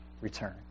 return